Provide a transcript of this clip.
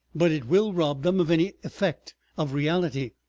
but it will rob them of any effect of reality.